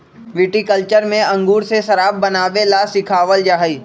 viticulture में अंगूर से शराब बनावे ला सिखावल जाहई